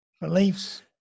beliefs